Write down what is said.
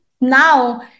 now